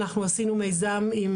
אנחנו עשינו מיזם עם